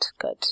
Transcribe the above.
good